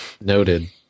Noted